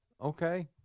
Okay